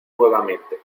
nuevamente